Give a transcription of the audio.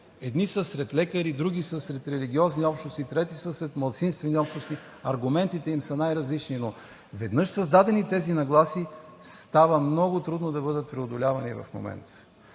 едни са сред лекари, други са сред религиозни общности, трети са сред малцинствени общности, аргументите им са най-различни, но веднъж създадени тези нагласи, става много трудно да бъдат преодолявани в момента.